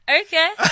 Okay